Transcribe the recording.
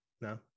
no